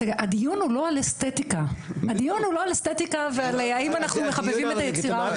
הדיון הוא לא על אסתטיקה והאם אנחנו מחבבים את היצירה,